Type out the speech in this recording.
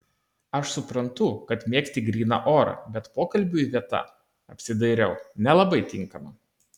aš suprantu kad mėgsti gryną orą bet pokalbiui vieta apsidairiau nelabai tinkama